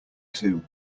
two